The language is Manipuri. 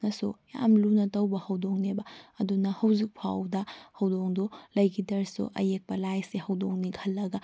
ꯅꯁꯨ ꯌꯥꯝ ꯂꯨꯅ ꯇꯧꯕ ꯍꯧꯗꯣꯡꯅꯦꯕ ꯑꯗꯨꯅ ꯍꯧꯖꯤꯛ ꯐꯥꯎꯗ ꯍꯧꯗꯣꯡꯗꯣ ꯂꯩꯈꯤꯗ꯭ꯔꯁꯨ ꯑꯌꯦꯛꯄ ꯂꯥꯏꯁꯦ ꯍꯧꯗꯣꯡꯅꯦ ꯈꯜꯂꯒ